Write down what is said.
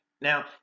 now